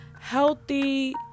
healthy